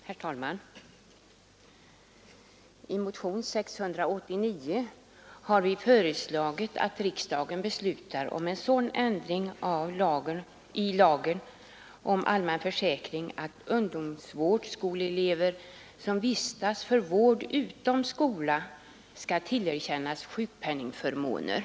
Herr talman! I motionen 689 har fru Olsson i Hölö och jag föreslagit att riksdagen beslutar om en sådan ändring i lagen om allmän försäkring att ungdomsvårdsskoleelever som vistas för vård utom skola tillerkänns sjukpenningförmåner.